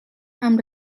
amb